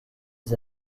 des